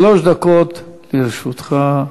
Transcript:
שלוש דקות לרשותך.